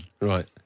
Right